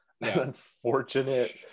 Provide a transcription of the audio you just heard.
unfortunate